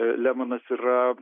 lemanas yra